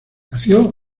nació